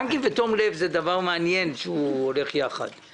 בנקים ותום לב כשהם הולכים יחד, זה דבר מעניין.